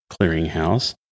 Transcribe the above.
clearinghouse